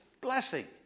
blessing